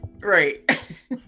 right